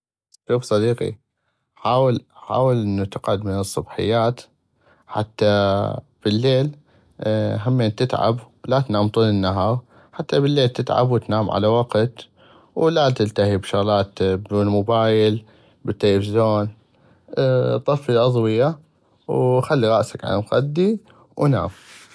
شوف صديقي حاول حاول انو تقعد من الصبحيات حتى بليل همين تتعب لا تنام طول النهاغ حتى بليل تتعب وتنام على وقت ولا تلتهي بشغلات بل الموبايل والتلفزون طفي الاضوية وخلي غاسك على المخدي ونام.